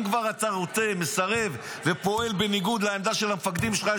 אם כבר אתה מסרב ופועל בניגוד לעמדה של המפקדים שלך,